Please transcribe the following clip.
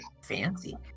Fancy